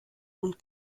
und